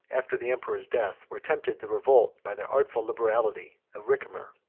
after the emperor's death, were tempted to revolt by the artful liberality of ricimer.